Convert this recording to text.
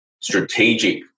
strategic